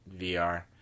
VR